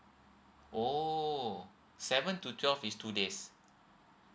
oo seven to twelve is two days